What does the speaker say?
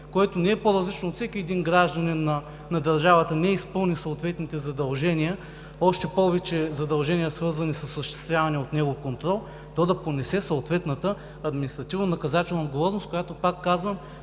което не е по-различно от всеки един гражданин на държавата, не изпълни съответните задължения, още повече задължения, свързани с осъществявания от него контрол, то да понесе съответната административнонаказателна отговорност, която, пак казвам,